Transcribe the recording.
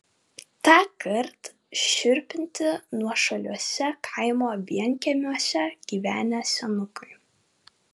tąkart šiurpinti nuošaliuose kaimo vienkiemiuose gyvenę senukai